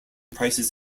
prices